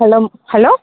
ஹலோம் hello